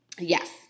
Yes